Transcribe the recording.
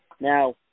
Now